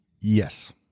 Yes